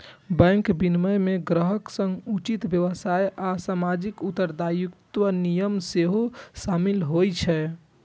bank विनियमन मे ग्राहक सं उचित व्यवहार आ सामाजिक उत्तरदायित्वक नियम सेहो शामिल होइ छै